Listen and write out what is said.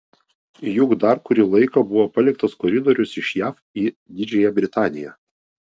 juk dar kurį laiką buvo paliktas koridorius iš jav į didžiąją britaniją